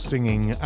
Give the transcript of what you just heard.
singing